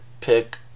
pick